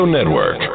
Network